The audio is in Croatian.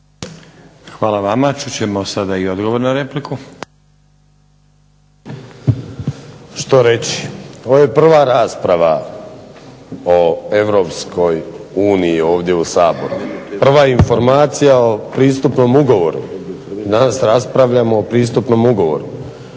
Hvala vama. Čut ćemo sada i odgovor na repliku. **Vinković, Zoran (HDSSB)** Što reći? Ovo je prva rasprava o Europskoj uniji ovdje u Saboru, prva informacija o pristupnom ugovoru. Danas raspravljamo o pristupnom ugovoru,